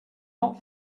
not